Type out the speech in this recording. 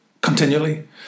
continually